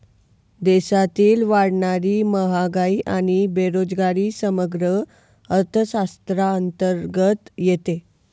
देशातील वाढणारी महागाई आणि बेरोजगारी समग्र अर्थशास्त्राअंतर्गत येते